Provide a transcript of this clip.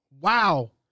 Wow